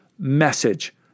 message